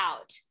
out